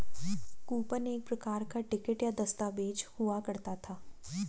coupon एक प्रकार का टिकट या दस्ताबेज हुआ करता है